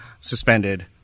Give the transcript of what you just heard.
suspended